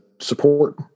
support